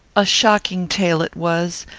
a shocking tale it was!